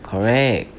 correct